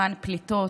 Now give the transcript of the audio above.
למען פליטות